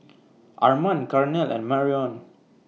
Armand Carnell and Marion